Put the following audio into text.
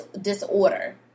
disorder